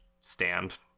stand